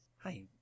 Hi